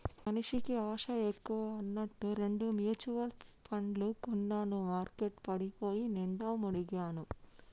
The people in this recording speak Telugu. మనిషికి ఆశ ఎక్కువ అన్నట్టు రెండు మ్యుచువల్ పండ్లు కొన్నాను మార్కెట్ పడిపోయి నిండా మునిగాను